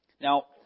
Now